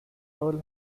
earl